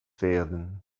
werden